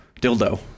Dildo